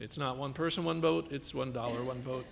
it's not one person one vote it's one dollar one vote